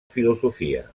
filosofia